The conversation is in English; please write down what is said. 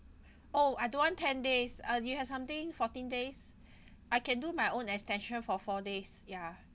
oh I don't want ten days uh do you have something fourteen days I can do my own extension for four days ya